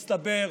מסתבר,